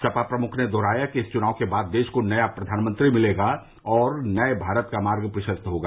सपा प्रमुख ने दोहराया कि इस चुनाव के बाद देश को नया प्रधानमंत्री मिलेगा और नये भारत का मार्ग प्रशस्त होगा